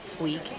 week